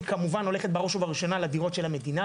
היא הולכת בראש ובראשונה לדירות של המדינה,